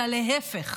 אלא להפך,